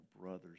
brothers